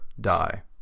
die